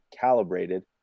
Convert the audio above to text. calibrated